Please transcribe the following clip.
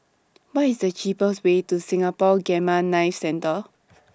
What IS The cheapest Way to Singapore Gamma Knife Centre